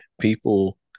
people